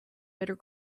better